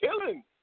killing